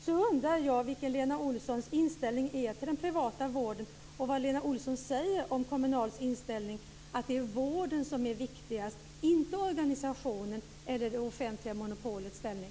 Då undrar jag vilken Lena Olssons inställning är till den privata vården och vad Lena Olsson säger om Kommunals inställning, att det är vården som är viktigast, inte organisationen eller det offentliga monopolets ställning.